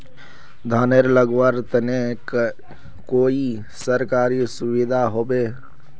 धानेर लगवार तने कोई सरकारी सुविधा होबे?